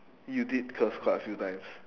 you did curse quite a few times